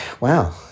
wow